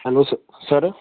hello ਸ sir